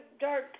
dark